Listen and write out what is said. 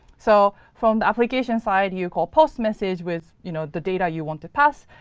so from the application side, you call post message with you know the data you want to pass.